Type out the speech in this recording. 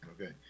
okay